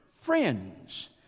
Friends